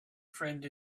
friend